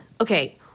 okay